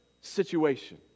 situation